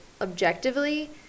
objectively